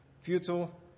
futile